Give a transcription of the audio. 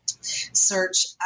search